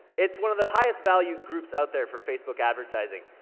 it's one of the highest value groups out there for facebook advertising,